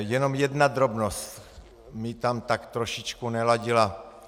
Jenom jedna drobnost mi tam tak trošičku neladila.